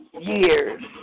years